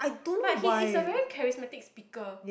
but he is a very charismatic speaker